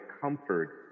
comfort